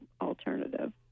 alternative